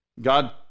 God